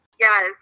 Yes